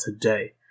today